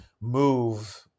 move